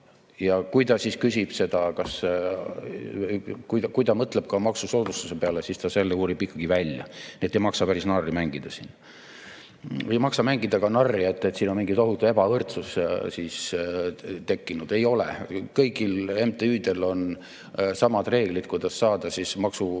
loobub oma rahast, ja kui ta mõtleb ka maksusoodustuse peale, siis ta selle uurib ikkagi välja. Nii et ei maksa päris narri mängida siin. Ei maksa mängida ka narri ja öelda, et siin on mingi tohutu ebavõrdsus tekkinud. Ei ole. Kõigil MTÜ‑del on samad reeglid, kuidas saada maksuvabastusega